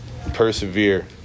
persevere